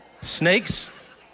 Snakes